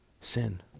Sin